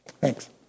Thanks